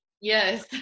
Yes